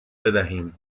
بدهیم